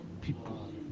people